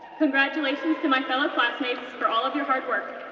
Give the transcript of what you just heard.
congratulations to my fellow classmates for all of your hard work,